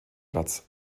platz